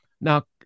Now